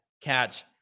catch